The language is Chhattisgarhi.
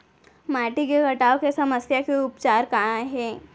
माटी के कटाव के समस्या के उपचार काय हे?